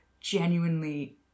genuinely